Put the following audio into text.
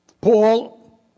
Paul